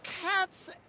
cats